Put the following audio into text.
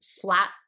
flat